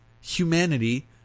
humanity